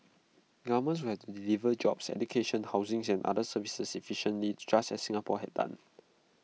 governments would have to deliver jobs education housing and other services efficiently just as Singapore had done